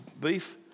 beef